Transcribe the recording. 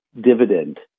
dividend